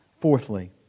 Fourthly